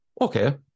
Okay